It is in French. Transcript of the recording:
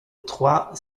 trois